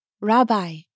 Rabbi